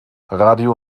radio